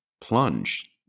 plunge